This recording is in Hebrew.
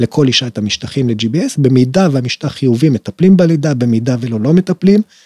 לכל אישה את המשטחים ל-GBS, במידה והמשטח חיובי מטפלים בלידה, במידה ולא, לא מטפלים.